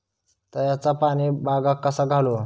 तळ्याचा पाणी बागाक कसा घालू?